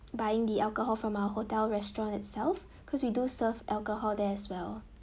buying the alcohol from our hotel restaurant itself cause we do serve alcohol there as well